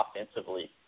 offensively